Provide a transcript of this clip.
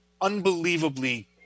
unbelievably